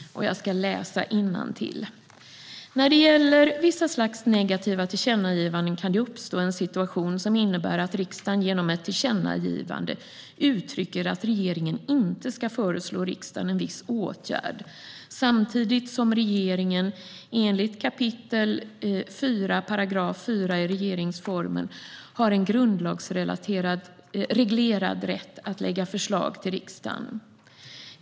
Jag ska läsa innantill: "När det gäller vissa slags negativa tillkännagivanden kan det uppstå en situation som innebär att riksdagen genom ett tillkännagivande uttrycker att regeringen inte ska föreslå riksdagen en viss åtgärd samtidigt som regeringen enligt 4 kap. 4 § RF har en grundlagsreglerad rätt att lägga förslag till riksdagen.